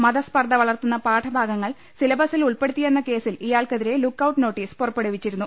മതസ്പർദ്ധ വളർത്തുന്ന പാഠഭാഗങ്ങൾ സിലബസിൽ ഉൾപ്പെടുത്തിയെന്ന കേസിൽ ഇയാൾക്കെതിരെ ലുക്കൌട്ട് നോട്ടീസ് പുറപ്പെടുവിച്ചിരുന്നു